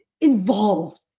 involved